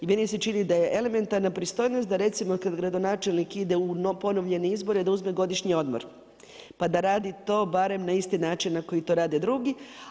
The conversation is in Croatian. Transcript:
I meni se čini da je elementarna pristojnost da recimo kad gradonačelnik ide u ponovljene izbore, da uzme godišnji odmor, pa da radi to barem na isti način na koji to rade drugi.